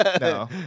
No